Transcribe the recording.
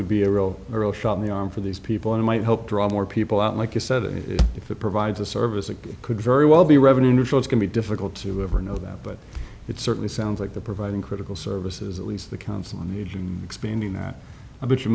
would be a real shot in the arm for these people and might help draw more people out like you said if it provides a service it could very well be revenue neutral it can be difficult to ever know that but it certainly sounds like the providing critical services at least the council needs and expanding that i bet you